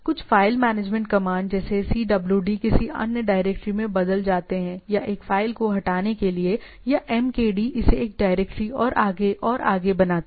कुछ file management command जैसे CWD किसी अन्य डायरेक्टरी में बदल जाते हैं या एक फ़ाइल को हटाने के लिए या MKD इसे एक डायरेक्टरी और आगे और आगे बनाते हैं